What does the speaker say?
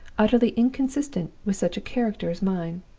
utterly inconsistent with such a character as mine.